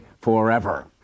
forever